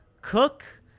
Cook